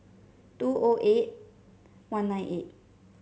two O eight one nine eight